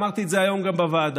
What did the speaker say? אמרתי את זה היום גם בוועדה.